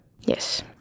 Yes